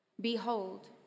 Behold